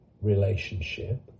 relationship